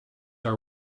are